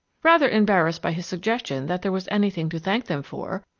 rather embarrassed by his suggestion that there was anything to thank them for,